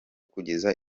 kugeza